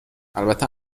البته